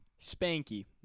Spanky